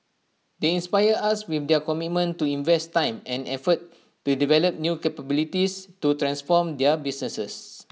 they inspire us with their commitment to invest time and effort to develop new capabilities to transform their businesses